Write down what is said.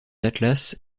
atlas